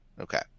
Okay